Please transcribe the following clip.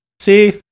See